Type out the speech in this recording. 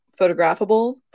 photographable